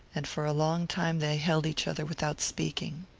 and for a long time they held each other without speaking.